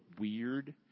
weird